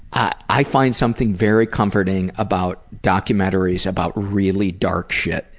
i find something very comforting about documentaries about really dark shit.